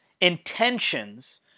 intentions